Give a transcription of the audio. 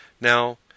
now